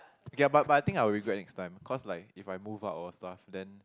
okay ah but but I think I will regret next time cause like if I move out or stuff then